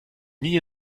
nie